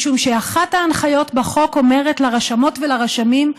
משום שאחת ההנחיות בחוק אומרת לרשמות ולרשמים,